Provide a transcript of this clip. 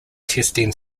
testing